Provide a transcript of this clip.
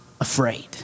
afraid